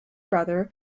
brother